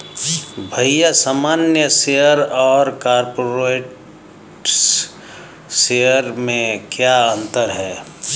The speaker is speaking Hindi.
भैया सामान्य शेयर और कॉरपोरेट्स शेयर में क्या अंतर है?